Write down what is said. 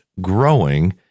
Growing